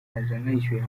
人类学